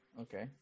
Okay